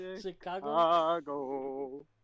Chicago